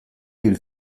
hil